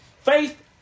Faith